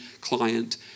client